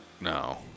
No